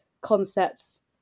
concepts